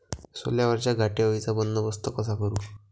सोल्यावरच्या घाटे अळीचा बंदोबस्त कसा करू?